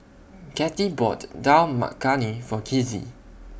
Kathey bought Dal Makhani For Kizzy